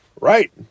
Right